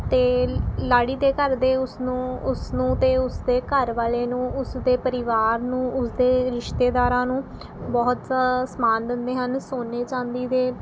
ਅਤੇ ਲ ਲਾੜੀ ਦੇ ਘਰਦੇ ਉਸਨੂੰ ਉਸਨੂੰ ਅਤੇ ਉਸਦੇ ਘਰ ਵਾਲੇ ਨੂੰ ਉਸਦੇ ਪਰਿਵਾਰ ਨੂੰ ਉਸਦੇ ਰਿਸ਼ਤੇਦਾਰਾਂ ਨੂੰ ਬਹੁਤ ਸਮਾਨ ਦਿੰਦੇ ਹਨ ਸੋਨੇ ਚਾਂਦੀ ਦੇ